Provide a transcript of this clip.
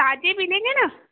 ताज़े मिलेंगे न